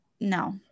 no